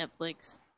Netflix